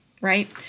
right